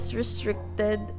restricted